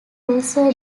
also